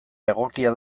egokia